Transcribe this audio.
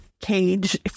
cage